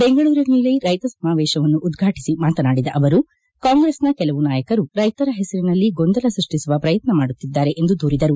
ಬೆಂಗಳೂರಿನಲ್ಲಿ ರೈತ ಸಮಾವೇತವನ್ನು ಉದ್ರಾಟಿಸಿ ಮಾತನಾಡಿದ ಅವರು ಕಾಂಗ್ರೆಸ್ನ ಕೆಲವು ನಾಯಕರು ರೈತರ ಹೆಸರಿನಲ್ಲಿ ಗೊಂದಲ ಸೃಷ್ಟಿಸುವ ಪ್ರಯತ್ನ ಮಾಡುತ್ತಿದ್ದಾರೆ ಎಂದು ದೂರಿದರು